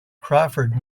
crawford